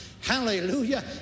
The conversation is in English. hallelujah